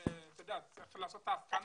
צריך לעשות את ההבחנה,